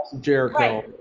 Jericho